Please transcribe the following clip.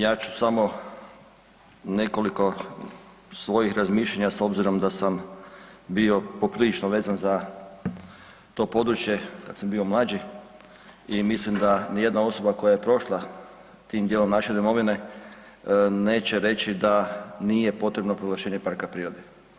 Ja ću samo nekoliko svojih razmišljanja s ozbirom da sam bio poprilično vezan za to područje kad sam bio mlađi i mislim da nijedna osoba koja je prošla tim dijelom naše domovine neće reći da nije potrebno proglašenje parka prirode.